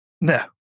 no